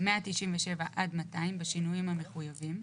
197 עד 200, בשינויים המחויבים,